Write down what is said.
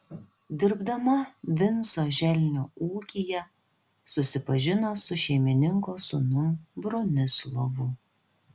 dirbdama vinco želnio ūkyje susipažino su šeimininko sūnum bronislovu